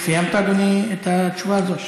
סיימת, אדוני, את התשובה הזאת?